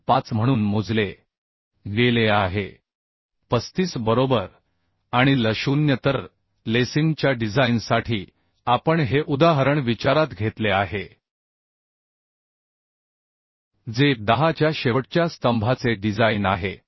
35 म्हणून मोजलेगेले आहे बरोबर आणि L 0 तर लेसिंगच्या डिझाइनसाठी आपण हे उदाहरण विचारात घेतले आहे जे 10 च्या शेवटच्या स्तंभाचे डिझाइन आहे